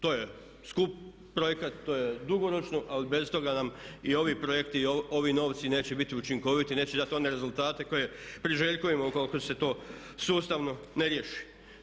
To je skup projekat, to je dugoročno ali bez toga nam i ovi projekti i ovi novci neće biti učinkoviti i neće dati one rezultate koje priželjkujemo koliko se to sustavno ne riješi.